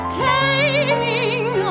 taming